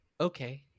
Okay